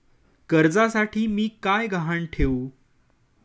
कर्जासाठी मी काय गहाण ठेवू?